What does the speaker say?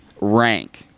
rank